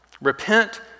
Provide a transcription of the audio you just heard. Repent